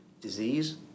disease